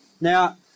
Now